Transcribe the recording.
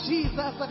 Jesus